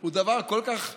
הוא דבר כל כך ברור,